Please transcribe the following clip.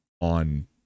on